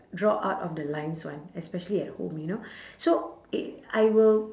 draw out of the lines [one] especially at home you know so it I will